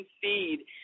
feed